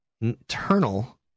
internal